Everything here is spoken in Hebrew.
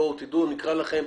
נקרא לכם,